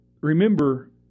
remember